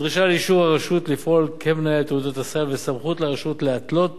דרישה לאישור הרשות לפעול כמנהל תעודת סל וסמכות לרשות להתלות